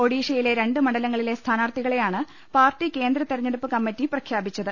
ഒഡീഷ യിലെ രണ്ട് മണ്ഡലങ്ങളിലെ സ്ഥാനാർത്ഥികളെയാണ് പാർട്ടി കേന്ദ്ര തെരഞ്ഞെടുപ്പ് കമ്മറ്റി പ്രഖ്യാപിച്ചത്